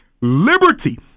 Liberty